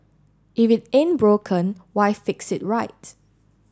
if it ain't broken why fix it right